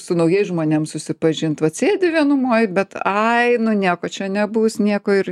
su naujais žmonėm susipažint vat sėdi vienumoj bet ai nu nieko čia nebus nieko ir